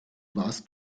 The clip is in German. warst